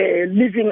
living